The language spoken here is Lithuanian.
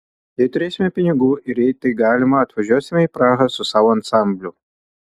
jei turėsime pinigų ir jei tai galima atvažiuosime į prahą su savo ansambliu